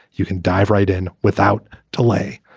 you can dive right in without delay.